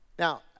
Now